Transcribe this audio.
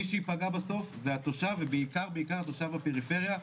מי שייפגע בסוף זה התושב, ובעיקר התושב בפריפריה.